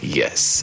yes